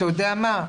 אתה יודע מה?